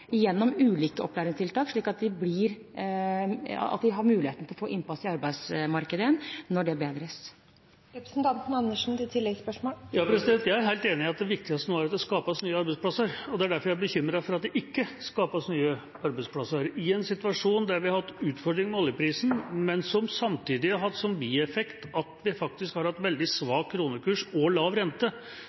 har mulighet til å få innpass i arbeidsmarkedet igjen når det bedres. Jeg er helt enig i at det viktigste nå er at det skapes nye arbeidsplasser. Det er derfor jeg er bekymret over at det ikke skapes nye arbeidsplasser. I en situasjon der vi har hatt utfordringer med oljeprisen, men samtidig hatt som bieffekt at vi faktisk har hatt veldig svak kronekurs og lav rente,